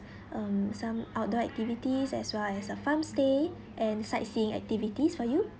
um some outdoor activities as well as a farm stay and sightseeing activities for you